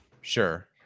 Sure